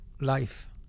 life